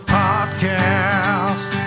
podcast